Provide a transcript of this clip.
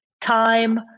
time